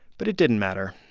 but it didn't matter.